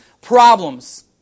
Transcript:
problems